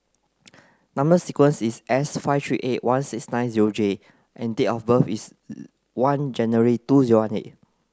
number sequence is S five three eight one six nine zero J and date of birth is one January two zero one eight